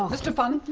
ah mr funn.